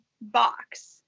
box